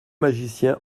magicien